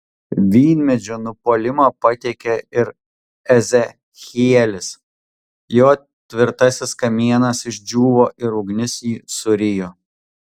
vynmedžio nupuolimą pateikia ir ezechielis jo tvirtasis kamienas išdžiūvo ir ugnis jį surijo